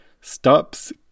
stops